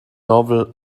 novel